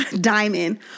Diamond